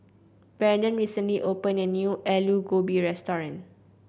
Branden recently opened a new Aloo Gobi restaurant